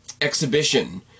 exhibition